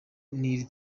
n’iri